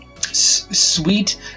sweet